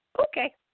okay